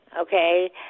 okay